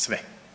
Sve.